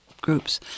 groups